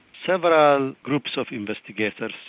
several groups of investigators,